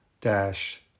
dash